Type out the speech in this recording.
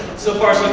so far,